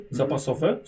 zapasowe